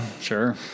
Sure